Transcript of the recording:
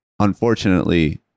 unfortunately